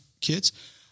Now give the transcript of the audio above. kids